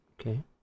Okay